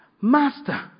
Master